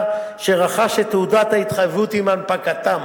שרכש את תעודות ההתחייבות עם הנפקתן